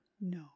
No